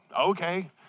okay